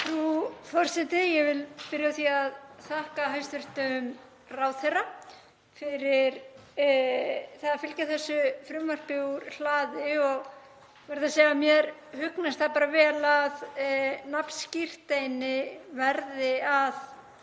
Frú forseti. Ég vil byrja á því að þakka hæstv. ráðherra fyrir að fylgja þessu frumvarpi úr hlaði. Ég verð að segja að mér hugnast það bara vel að nafnskírteini verði að